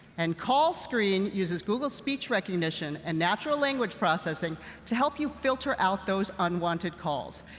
and call screen uses google speech recognition and natural language processing to help you filter out those unwanted calls.